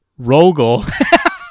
Rogel